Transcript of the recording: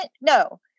No